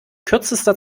kürzester